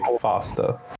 faster